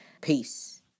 Peace